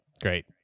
Great